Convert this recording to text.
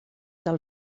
del